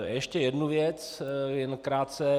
Ještě jednu věc jen krátce.